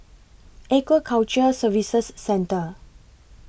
Aquaculture Services Centre